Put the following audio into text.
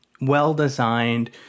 well-designed